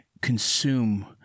consume